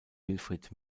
wilfried